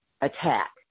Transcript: attack